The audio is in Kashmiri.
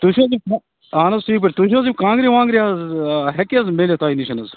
تُہۍ چھِو حظ اہن حظ ٹھیٖک پٲٹھۍ تُہۍ چھِو حظ یِم کانٛگرِ وانٛگرِ حظ ہیٚکہ حظ میٖلِتھ تۄہہِ نِش حظ